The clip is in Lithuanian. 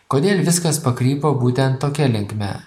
kodėl viskas pakrypo būtent tokia linkme